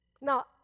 Now